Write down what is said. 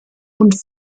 und